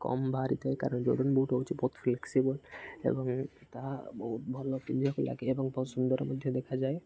କମ୍ ବାହାରିଥାଏ କାରଣ ହେଉଛି ବହୁତ ଫ୍ଲେକ୍ସିିବଲ୍ ଏବଂ ତାହା ବହୁତ ଭଲ ପିନ୍ଧିବାକୁ ଲାଗେ ଏବଂ ବହୁତ ସୁନ୍ଦର ମଧ୍ୟ ଦେଖାଯାଏ